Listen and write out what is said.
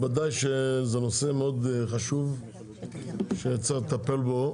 ודאי שזה נושא מאוד חשוב שצריך לטפל בו.